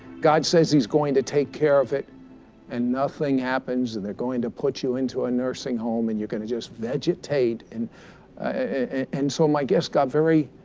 god says he's going to take care of it and nothing happens, and they're going to put you into a nursing home and you're going to just vegetate. and and so my guest got very